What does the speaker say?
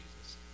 Jesus